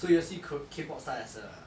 so you all see kor~ K pop star as a